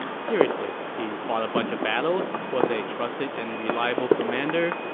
seriously, he fought a bunch of battles, was a trusted and reliable commander,